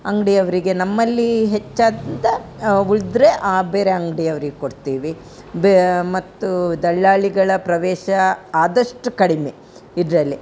ಅಂಗಡಿಯವ್ರಿಗೆ ನಮ್ಮಲ್ಲಿ ಹೆಚ್ಚಾದಂತಹ ಉಳಿದ್ರೆ ಆ ಬೇರೆ ಅಂಗ್ಡಿಯವ್ರಿಗೆ ಕೊಡ್ತೀವಿ ಬೆ ಮತ್ತು ದಲ್ಲಾಳಿಗಳ ಪ್ರವೇಶ ಆದಷ್ಟು ಕಡಿಮೆ ಇದರಲ್ಲಿ